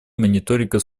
мониторинга